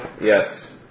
yes